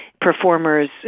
performers